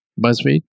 BuzzFeed